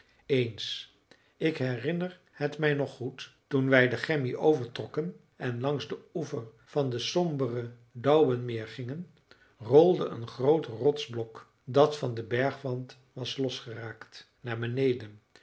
eens ik herinner het mij nog goed toen wij den gemmi overtrokken en langs den oever van het sombere daubenmeer gingen rolde een groot rotsblok dat van den bergwand was losgeraakt naar beneden